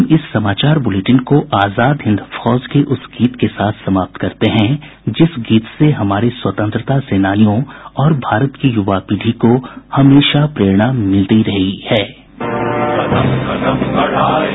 हम इस समाचार बुलेटिन को आजाद हिन्द फौज के उस गीत के साथ समाप्त करते हैं जिस गीत से हमारे स्वतंत्रता सेनानियों और भारत की युवा पीढ़ी को हमेशा प्रेरणा मिले